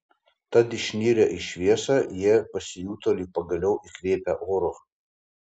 tad išnirę į šviesą jie pasijuto lyg pagaliau įkvėpę oro